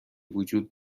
وجود